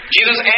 Jesus